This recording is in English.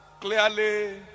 clearly